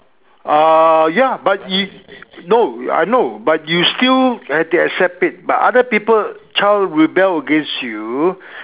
err ya but you no I know but you still have to accept it but other people child rebel against you